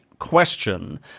question